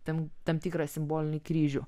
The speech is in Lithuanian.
tam tam tikrą simbolinį kryžių